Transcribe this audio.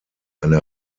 eine